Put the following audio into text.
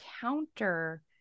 counter